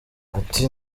ati